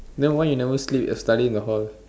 then why you never sleep study in the hall